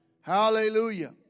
Hallelujah